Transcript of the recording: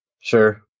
Sure